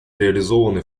реализованы